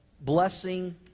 blessing